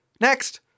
next